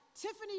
Tiffany